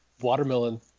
watermelon